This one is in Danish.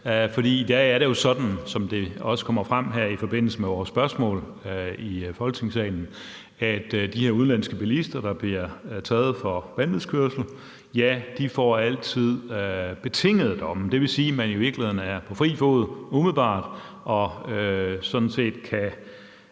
For i dag er det jo sådan, som det også kommer frem her i forbindelse med vores spørgsmål i Folketingssalen, at de her udenlandske bilister, der bliver taget for vanvidskørsel, altid får betingede domme. Det vil sige, man i virkeligheden umiddelbart er på fri fod